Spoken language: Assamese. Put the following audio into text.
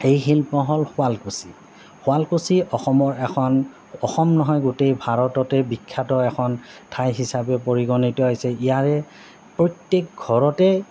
এই শিল্প হ'ল শুৱালকুছি শুৱালকুছি অসমৰ এখন অসম নহয় গোটেই ভাৰততে বিখ্যাত এখন ঠাই হিচাপে পৰিগণিত হৈছে ইয়াৰে প্ৰত্যেক ঘৰতে